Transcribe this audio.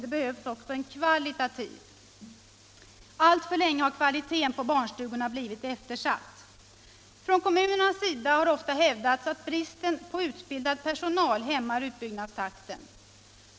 Det behövs också en kvalitativ. Alltför länge har kvaliteten på barnstugorna blivit eftersatt. Från kommunerna har ofta hävdats att bristen på utbildad personal hämmar utbyggnadstakten.